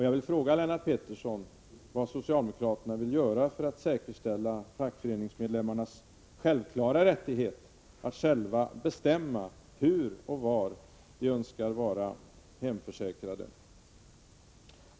Jag vill fråga Lennart Pettersson vad socialdemokraterna vill göra för att säkerställa fackföreningsmedlemmarnas självklara rättighet att själva bestämma hur och var de önskar vara hemförsäkrade.